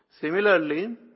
Similarly